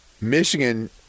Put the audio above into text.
Michigan